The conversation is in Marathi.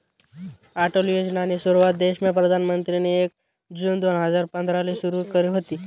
अटल योजनानी सुरुवात देशमा प्रधानमंत्रीनी एक जून दोन हजार पंधराले सुरु करी व्हती